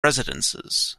residences